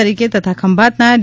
તરીકે તથા ખંભાતના ડી